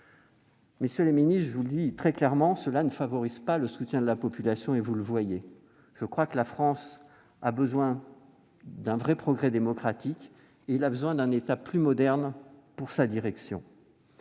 Messieurs les ministres, je vous le dis très clairement : cette attitude ne favorise pas le soutien de la population. Je crois que la France a besoin d'un vrai progrès démocratique et d'un État plus moderne pour sa direction.